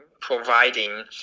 providing